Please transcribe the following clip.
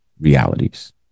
realities